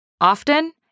Often